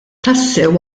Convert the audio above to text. tassew